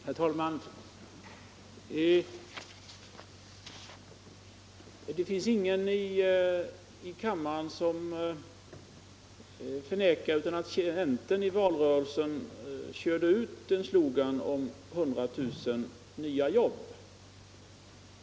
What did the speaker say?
Herr talman! Det finns säkerligen ingen i kammaren som förnekar att centern i valrörelsen använde en slogan om 100 000 nya jobb.